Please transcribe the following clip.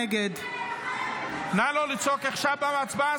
נגד --- נא לא לצעוק עכשיו בהצבעה,